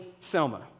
Selma